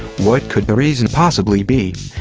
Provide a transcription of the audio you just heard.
what could the reason possibly be?